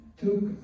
took